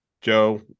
joe